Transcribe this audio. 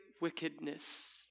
wickedness